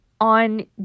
On